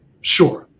sure